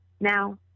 Now